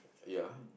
ya